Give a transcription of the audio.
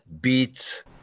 beats